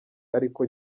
ariko